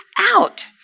out